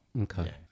Okay